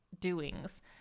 doings